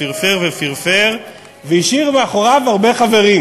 שפרפר ופרפר והשאיר מאחוריו הרבה חברים,